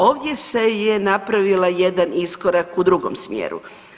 Ovdje se je napravila jedan iskorak u drugom smjeru.